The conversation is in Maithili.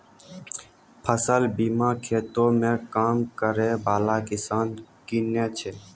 फसल बीमा खेतो मे काम करै बाला किसान किनै छै